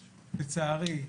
לצערי,